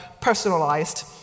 personalized